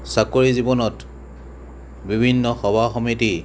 চাকৰি জীৱনত বিভিন্ন সভা সমিতি